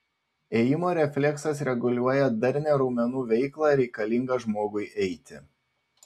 ėjimo refleksas reguliuoja darnią raumenų veiklą reikalingą žmogui eiti